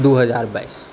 दू हज़ार बाइस